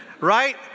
Right